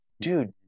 dude